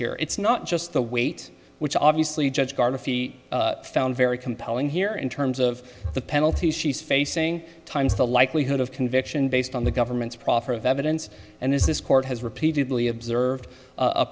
here it's not just the weight which obviously judge found very compelling here in terms of the penalty she's facing times the likelihood of conviction based on the government's proffer of evidence and is this court has repeatedly observed a